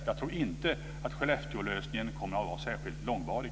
Jag tror inte att Skellefteålösningen kommer att vara särskilt långvarig.